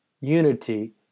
unity